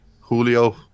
Julio